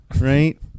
right